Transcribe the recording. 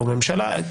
או ממשלה.